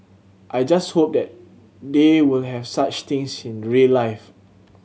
I just hope that they will have such things in real life